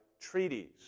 treaties